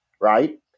right